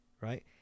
right